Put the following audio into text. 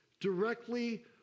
directly